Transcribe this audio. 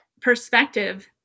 perspective